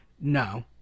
no